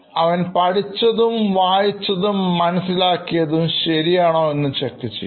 അവൻ പഠിച്ചതും വായിച്ചതും മനസ്സിലാക്കിയതും ശരിയാണോഎന്ന് ചെക്ക് ചെയ്യും